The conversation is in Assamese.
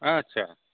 আচ্ছা